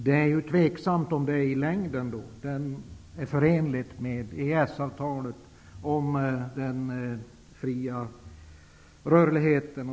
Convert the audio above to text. Det är tveksamt om denna bestämmelse i längden är förenlig med EES-avtalet om den fria rörligheten.